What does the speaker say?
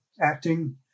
acting